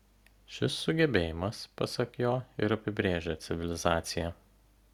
šis sugebėjimas pasak jo ir apibrėžia civilizaciją